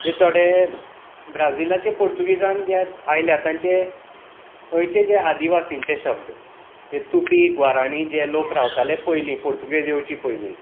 हे थोडे ब्राजीलाचें पुर्तुगीजांत जे आयल्यात तांचे थंयचे जे आदिवासींचे शब्द हे तुकी ग्वाराणी जे लोक रावताले पयलीं पुर्तुगीज येवचे पयलीं